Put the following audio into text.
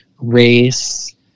race